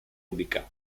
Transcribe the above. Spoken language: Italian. ubicato